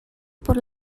por